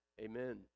Amen